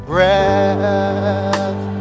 Breath